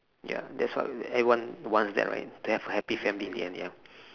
ya that's what everyone wants that right to have a happy family in the end yeah